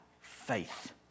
faith